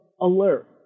alert